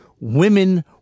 Women